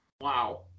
Wow